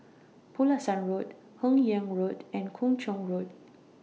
Pulasan Road Hun Yeang Road and Kung Chong Road